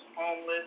homeless